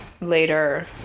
later